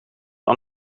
aan